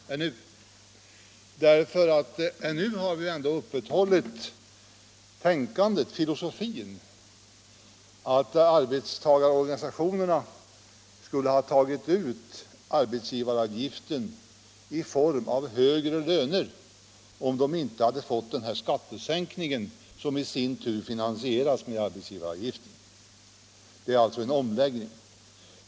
Ännu har vi ändå upprätthållit filosofin att arbetstagarorganisationerna skulle ha tagit ut arbetsgivaravgiften i form av högre löner, om de inte hade fått den här skattesänkningen, som i sin tur finansieras med arbetsgivaravgiften. Det är alltså fråga om en omläggning.